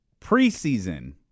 preseason